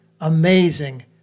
amazing